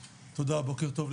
תודה, בוקר טוב.